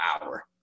hour